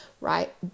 right